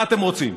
מה אתם רוצים?